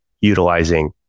utilizing